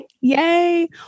Yay